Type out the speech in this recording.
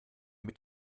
mit